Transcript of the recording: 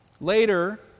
Later